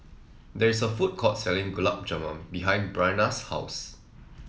there is a food court selling Gulab Jamun behind Bryana's house